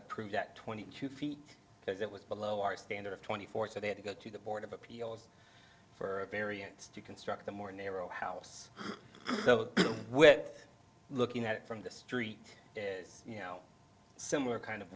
approved at twenty two feet because it was below our standard of twenty four so they had to go to the board of appeals for a variance to construct a more narrow house so we're looking at it from the street you know similar kind of